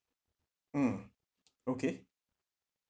mm okay